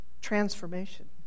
transformation